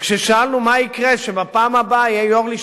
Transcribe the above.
וכששאלנו מה יקרה כשבפעם הבאה יהיה יושב-ראש